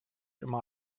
immer